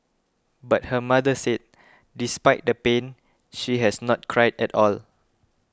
but her mother said despite the pain she has not cried at all